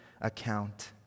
account